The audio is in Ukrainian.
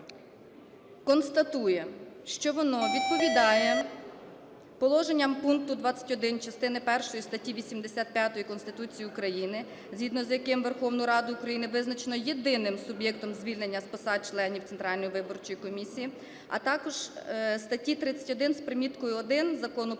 констатує, що воно відповідає положенням пункту 21 частини першої статті 85 Конституції України, згідно з яким Верховну Раду України визначено єдиним суб'єктом звільнення з посад членів Центральної виборчої комісії, а також статті 31 з приміткою 1 Закону